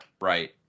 Right